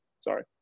sorry